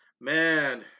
Man